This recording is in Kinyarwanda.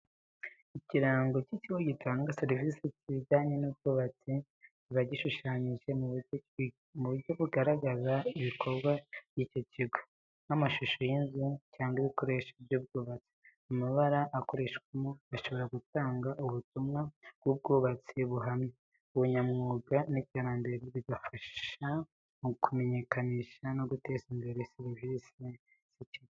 Ikirango cy'ikigo gitanga serivise z'ibijyanye n'ubwubatsi, kiba gishushanyije mu buryo bugaragaza ibikorwa by'icyo kigo, nk'amashusho y'inzu cyangwa ibikoresho by'ubwubatsi. Amabara akoreshwamo ashobora gutanga ubutumwa bw'ubwubatsi buhamye, ubunyamwuga n'iterambere. Bigafasha mu kumenyekanisha no guteza imbere serivise z'ikigo.